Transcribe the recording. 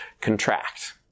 contract